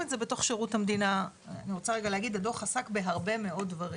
הדוח עסק בהרבה מאוד דברים.